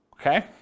Okay